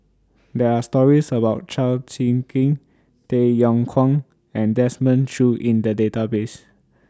There Are stories about Chao Tzee Cheng Tay Yong Kwang and Desmond Choo in The Database